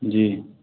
जी